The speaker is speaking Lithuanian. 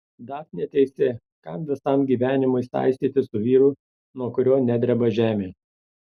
dafnė teisi kam visam gyvenimui saistytis su vyru nuo kurio nedreba žemė